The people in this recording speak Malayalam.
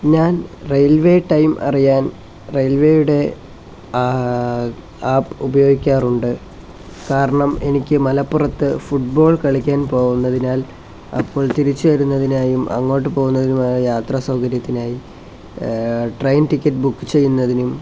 ഞാൻ റെയിൽവേ ടൈം അറിയാൻ റെയിൽവേയുടെ ആപ് ഉപയോഗിക്കാറുണ്ട് കാരണം എനിക്ക് മലപ്പുറത്ത് ഫുഡ്ബോൾ കളിക്കാൻ പോവുന്നതിനാൽ അപ്പോൾ തിരിച്ച് വരുന്നതിനായും അങ്ങോട്ടുപോകുന്നതിനുമായി യാത്ര സൗകര്യത്തിനായി ട്രെയിൻ ടിക്കറ്റ് ബുക്ക് ചെയ്യുന്നതിനും